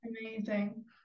Amazing